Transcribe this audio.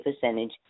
percentage